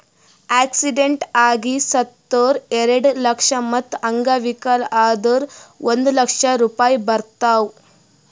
accident ಆಗಿ ಸತ್ತುರ್ ಎರೆಡ ಲಕ್ಷ, ಮತ್ತ ಅಂಗವಿಕಲ ಆದುರ್ ಒಂದ್ ಲಕ್ಷ ರೂಪಾಯಿ ಬರ್ತಾವ್